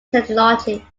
technology